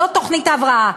זאת תוכנית ההבראה.